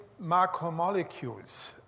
macromolecules